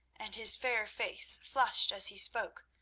and his fair face flushed as he spoke,